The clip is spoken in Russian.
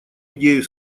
идею